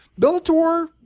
Bellator